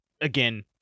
Again